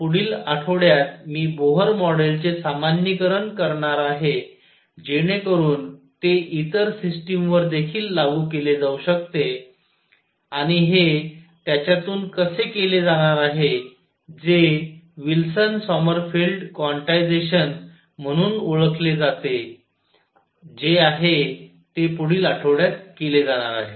पुढील आठवड्यात मी बोहर मॉडेलचे सामान्यीकरण करणार आहे जेणेकरून ते इतर सिस्टीमवर देखील लागू केले जाऊ शकते आणि हे त्याच्यातून केले जाणार आहे जे विल्सन सॉमरफेल्ड क्वांटायझेशन म्हणून ओळखले जाते जे आहे पुढील आठवड्यात केले जाणार आहे